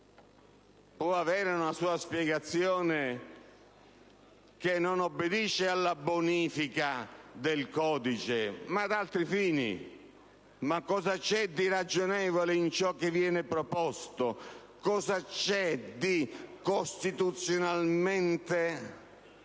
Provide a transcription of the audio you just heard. può avere una sua spiegazione, che non obbedisce alla bonifica del codice, ma ad altri fini. Ma cosa c'è di ragionevole in ciò che viene proposto? Cosa c'è di costituzionalmente